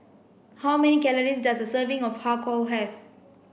how many calories does a serving of har kow have